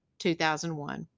2001